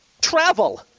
travel